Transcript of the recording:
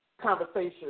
conversation